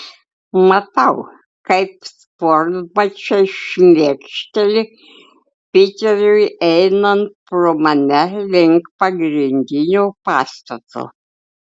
matau kaip sportbačiai šmėkšteli piteriui einant pro mane link pagrindinio pastato